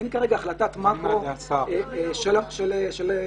אין כרגע החלטת מקרו של השר.